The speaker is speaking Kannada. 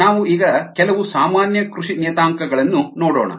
ನಾವು ಈಗ ಕೆಲವು ಸಾಮಾನ್ಯ ಕೃಷಿ ನಿಯತಾಂಕಗಳನ್ನು ನೋಡೋಣ